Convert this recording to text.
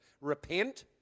Repent